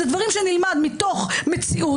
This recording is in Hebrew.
זה דברים שנלמד מתוך מציאות.